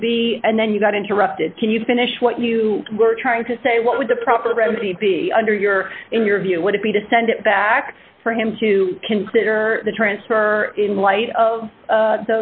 would be and then you got interrupted can you finish what you were trying to say what would the proper remedy be under your in your view would it be to send it back for him to consider the transfer in light of